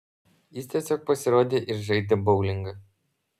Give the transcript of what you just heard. jis tiesiog pasirodė ir žaidė boulingą